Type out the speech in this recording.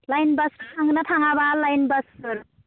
line बास थाङोना थाङाब्ला लाइन बासफोर